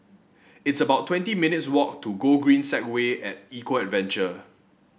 it's about twenty minutes' walk to Gogreen Segway at Eco Adventure